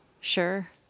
Sure